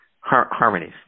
harmonies